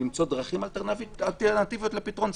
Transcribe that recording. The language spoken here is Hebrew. למצוא דרכים אלטרנטיביות לפתרון סכסוכים.